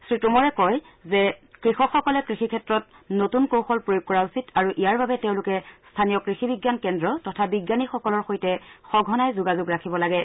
শ্ৰীটোমৰে কয় যে কৃষকসকলে কৃষিক্ষেত্ৰত নতুন কৌশল প্ৰয়োগ কৰা উচিত আৰু ইয়াৰ বাবে তেওঁলোকে স্থানীয় কৃষি বিজ্ঞান কেন্দ্ৰ তথা বিজ্ঞানীসকলৰ সৈতে সঘনাই যোগাযোগ কৰি থাকিব লাগে